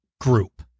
group